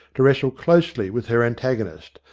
to wrestle closely with her antagonist,